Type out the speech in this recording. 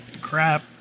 crap